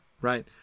right